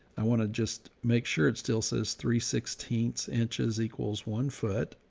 i want to just make sure it still says three sixteenths inches equals one foot.